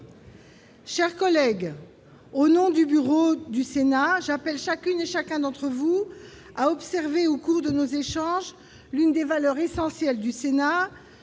chers collègues, au nom du Bureau du Sénat, j'appelle chacune et chacun d'entre vous à observer au cours de nos échanges l'une des valeurs essentielles du Sénat